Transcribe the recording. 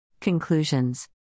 Conclusions